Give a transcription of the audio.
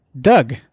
Doug